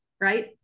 right